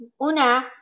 una